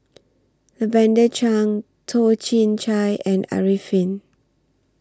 Lavender Chang Toh Chin Chye and Arifin